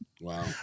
Wow